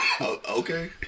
Okay